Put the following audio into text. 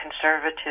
conservative